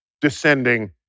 descending